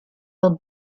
will